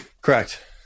Correct